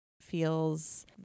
feels